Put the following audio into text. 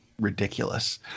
ridiculous